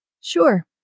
Sure